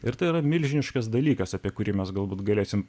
ir tai yra milžiniškas dalykas apie kurį mes galbūt galėsime